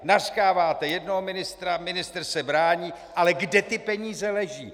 Nařknete jednoho ministra, ministr se brání, ale kde ty peníze leží?